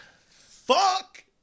Fuck